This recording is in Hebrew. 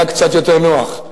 היה קצת יותר נוח.